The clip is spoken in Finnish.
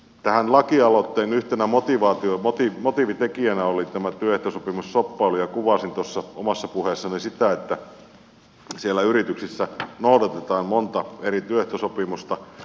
tämän lakialoitteen yhtenä motiivitekijänä oli tämä työehtosopimusshoppailu ja kuvasin tuossa omassa puheessani sitä että siellä yrityksissä noudatetaan monta eri työehtosopimusta